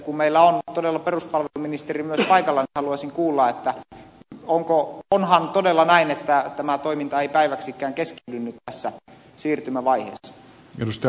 kun meillä on todella peruspalveluministeri myös paikalla niin haluaisin kuulla että onhan todella näin että tämä toiminta ei päiväksikään keskeydy nyt tässä siirtymävaiheessa